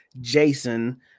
Jason